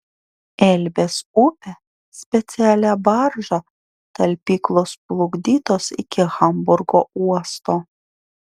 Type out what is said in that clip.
elbės upe specialia barža talpyklos plukdytos iki hamburgo uosto